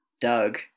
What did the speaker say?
Doug